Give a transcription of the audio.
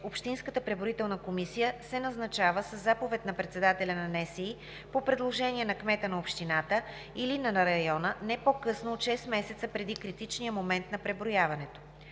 Общинската преброителна комисия се назначава със заповед на председателя на НСИ по предложение на кмета на общината или на района не по-късно от 6 месеца преди критичния момент на преброяването.